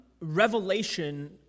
revelation